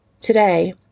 today